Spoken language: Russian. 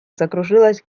закружилась